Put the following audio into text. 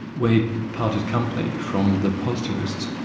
where he parted company from the positivists.